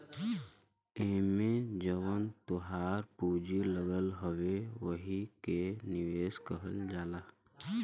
एम्मे जवन तोहार पूँजी लगल हउवे वही के निवेश कहल जाला